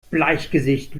bleichgesicht